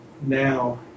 now